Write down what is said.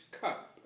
cup